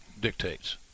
dictates